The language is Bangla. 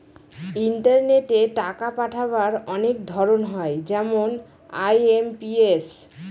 ইন্টারনেটে টাকা পাঠাবার অনেক ধরন হয় যেমন আই.এম.পি.এস